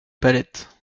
palette